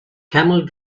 camel